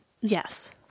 Yes